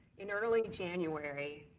in early january,